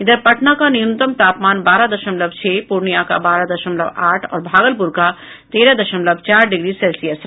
इधर पटना का न्यूनतम तापमान बारह दशमलव छह पूर्णिया का बारह दशमलव आठ और भागलपुर का तेरह दशमलव चार डिग्री सेल्सियस रहा